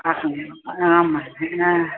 अहं आम्